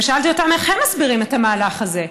ושאלתי אותם איך הם מסבירים את המהלך הזה,